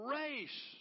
race